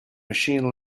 machine